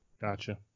Gotcha